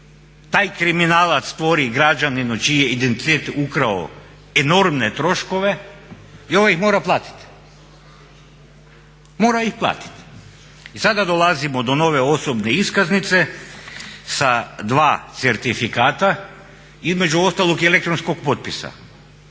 taj kriminalac stvori građaninu čiji je identitet ukrao enormne troškove i ovaj ih mora platiti, mora ih platit. I sada dolazimo do nove osobne iskaznice sa dva certifikata, između ostalog i elektronskog potpisa,